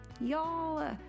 Y'all